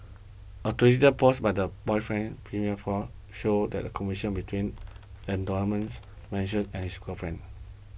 a twitter post by the boyfriend's female for showed that a conversion between mentioned and his girlfriend